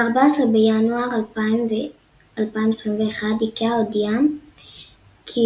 ב-14 בינואר 2021, איקאה הודיעה כי